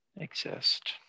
exist